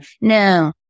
no